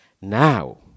Now